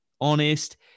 honest